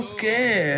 Okay